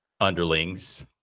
underlings